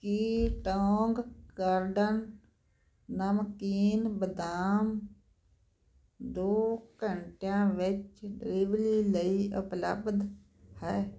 ਕੀ Tong Garden ਨਮਕੀਨ ਬਦਾਮ ਦੋ ਘੰਟਿਆਂ ਵਿੱਚ ਡਿਲੀਵਰੀ ਲਈ ਉਪਲੱਬਧ ਹੈ